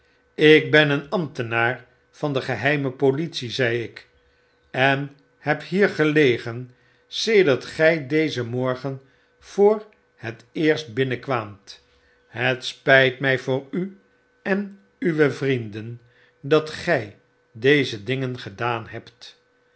ik ben een ambtenaar van de geheime politie zei ik en beb hier gelegen sedert gij dezen morgen voor het eerst binnen kwaamt het spyt mjj voor u en uwe vrienden datgjj deze dingen gedaan hebt